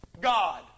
God